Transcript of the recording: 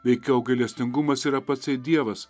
veikiau gailestingumas yra patsai dievas